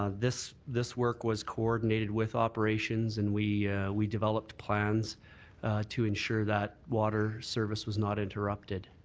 ah this this work was coordinated with operations, and we we developed plans to ensure that water service was not interrupted.